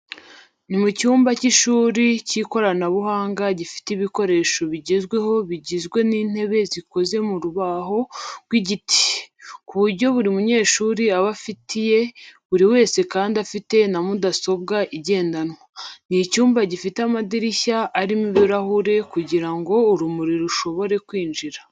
Ni mu cyumba cy’ishuri cy’ikoranabuhanga gifite ibikoresho bigezweho bigizwe n'intebe zikoze mu rubaho rw'igiti, ku buryo buri munyeshuri aba afite iye, buri wese kandi afite na mudasobwa igendanwa. Ni icyumba gifite amadirishya arimo ibirahure kugira ngo urumuri rushobore kwinjira.